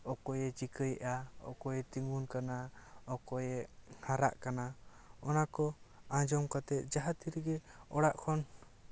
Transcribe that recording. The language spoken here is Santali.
ᱚᱠᱚᱭᱮ ᱪᱤᱠᱟᱹᱭᱮᱜᱼᱟ ᱚᱠᱚᱭᱮ ᱛᱤᱜᱩᱱ ᱠᱟᱱᱟ ᱚᱠᱚᱭᱮ ᱦᱟᱨᱟᱜ ᱠᱟᱱᱟ ᱚᱱᱟ ᱠᱚ ᱟᱸᱡᱚᱢ ᱠᱟᱛᱮ ᱡᱟᱦᱟᱸ ᱛᱤᱨᱮ ᱜᱮ ᱚᱲᱟᱜ ᱠᱷᱚᱱ